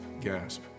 gasp